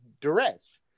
duress